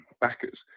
backers